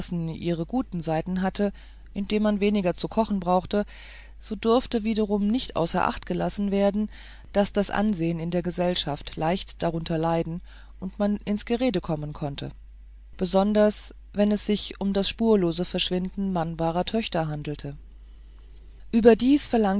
ihre guten seiten hatte indem man weniger zu kochen brauchte so durfte wiederum nicht außer acht gelassen werden daß das ansehen in der gesellschaft leicht darunter leiden und man ins gerede kommen konnte besonders wenn es sich um das spurlose verschwinden mannbarer töchter handelte überdies